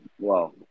Wow